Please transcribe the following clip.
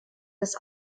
des